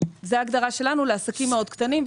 זוהי ההגדרה שלנו לעסקים מאוד קטנים,